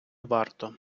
варто